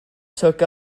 took